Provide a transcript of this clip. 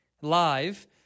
live